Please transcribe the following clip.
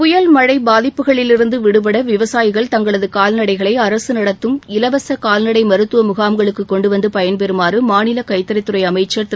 புயல் மழை பாதிப்புகளிலிருந்து விடுபட விவசாயிகள் தங்களது கால்நடைகளை அரசு நடத்தும் இலவச கால்நடை மருத்துவ முகாம்களுக்கு கொண்டு வந்து பயன்பெறுமாறு மாநில கைத்தறித் துறை அமைச்சர் திரு